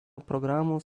programos